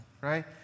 Right